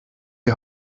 die